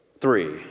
Three